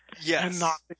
Yes